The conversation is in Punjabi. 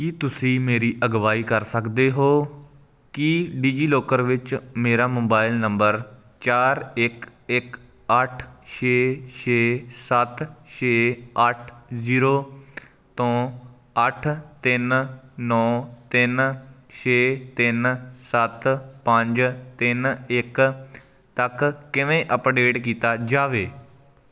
ਕੀ ਤੁਸੀਂ ਮੇਰੀ ਅਗਵਾਈ ਕਰ ਸਕਦੇ ਹੋ ਕਿ ਡਿਜੀਲਾਕਰ ਵਿੱਚ ਮੇਰਾ ਮੋਬਾਈਲ ਨੰਬਰ ਚਾਰ ਇੱਕ ਇੱਕ ਅੱਠ ਛੇ ਛੇ ਸੱਤ ਛੇ ਅੱਠ ਜ਼ੀਰੋ ਤੋਂ ਅੱਠ ਤਿੰਨ ਨੌਂ ਤਿੰਨ ਛੇ ਤਿੰਨ ਸੱਤ ਪੰਜ ਤਿੰਨ ਇੱਕ ਤੱਕ ਕਿਵੇਂ ਅੱਪਡੇਟ ਕੀਤਾ ਜਾਵੇ